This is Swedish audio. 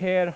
Här